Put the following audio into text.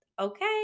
Okay